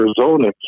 Arizona